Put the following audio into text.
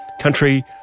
country